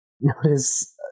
notice